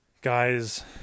guys